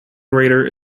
grader